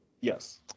Yes